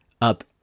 up